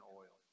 oil